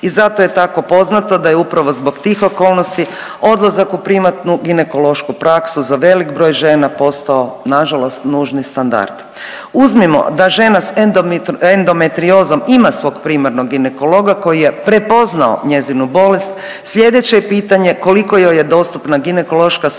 I zato je tako poznato da je upravo zbog tih okolnosti odlazak u privatnu ginekološku praksu za velik broj žena postao na žalost nužni standard. Uzmimo da žena sa endometriozom ima svog primarnog ginekologa koji je prepoznao njezinu bolest sljedeće je pitanje koliko joj je dostupna ginekološka skrb